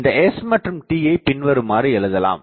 இந்த s மற்றும் t யை பின்வருமாறு எழுதலாம்